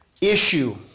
issue